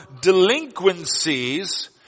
delinquencies